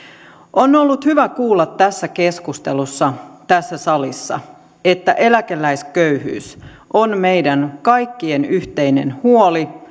on ollut hyvä kuulla tässä keskustelussa tässä salissa että eläkeläisköyhyys on meidän kaikkien yhteinen huoli